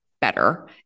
better